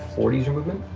forty is your movement?